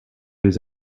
les